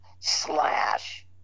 Slash